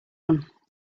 one